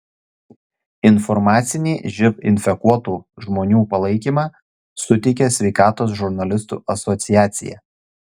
informacinį živ infekuotų žmonių palaikymą suteikia sveikatos žurnalistų asociacija